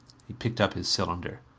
he picked up his cylinder.